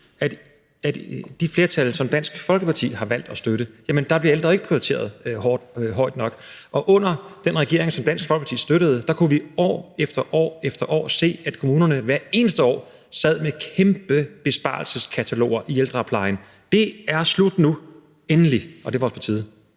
at i de flertal, som Dansk Folkeparti har valgt at støtte, bliver de ældre ikke prioriteret højt nok. Og under den regering, som Dansk Folkeparti støttede, kunne vi år efter år se, at kommunerne hvert eneste år sad med kæmpe besparelseskataloger for ældreplejen. Det er slut nu, endelig, og det var også på tide.